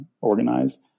organized